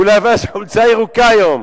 הוא לבש חולצה ירוקה היום.